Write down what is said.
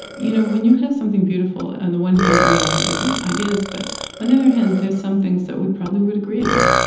you know when you have something beautiful on and the one hand, we all have different ideas, but on the other hand, there's some things that we probably would agree on.